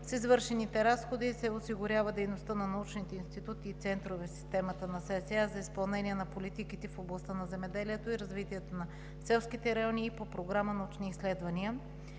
С извършените разходи се осигурява дейността на научните институти и центрове в системата на Селскостопанската академия за изпълнение на политиките в областта на земеделието и развитието на селските райони и по Програма „Научни изследвания“.